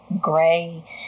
gray